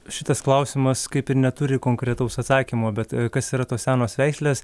šitas klausimas kaip ir neturi konkretaus atsakymo bet kas yra tos senos veislės